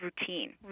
routine